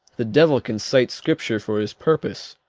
the devil can cite scripture for his purpose.